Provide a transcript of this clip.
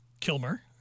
Kilmer